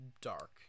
dark